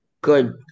good